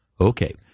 Okay